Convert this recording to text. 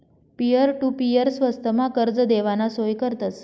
peer to peer स्वस्तमा कर्ज देवाना सोय करतस